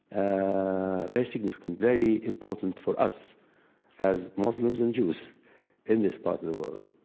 ah very significant, very important for us as muslims and jews in this part of the world,